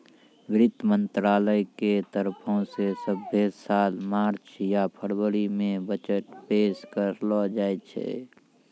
वित्त मंत्रालय के तरफो से सभ्भे साल मार्च या फरवरी मे बजट पेश करलो जाय छै